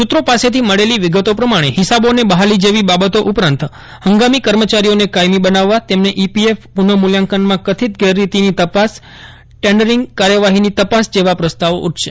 સુત્રો પાસેથી મળેલી વિગતો પ્રમાણે ફિસાબોને બફાલી જેવી બાબતો ઉપરાંત ફંગામી કર્મચારીઓને કાયમી તેમને ઇપીએફ પુનઃ મૂલ્યાંકનમાં કથિત ગેરરીતિની તપાસ ટેન્ડરિંગ કાર્યવાફીની તપાસ જેવા પ્રસ્તાવ ઊઠશે